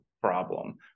problem